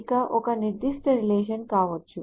ఇది ఒక నిర్దిష్ట రిలేషన్ కావచ్చు